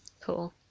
Cool